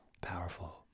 Powerful